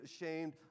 ashamed